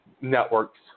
networks